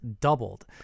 doubled